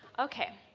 okay,